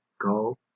go